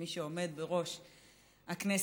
כמי שעומד בראש הכנסת,